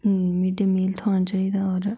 mid day meal थ्होना चाहिदा होर